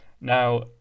now